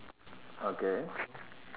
okay